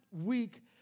week